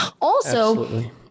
Also-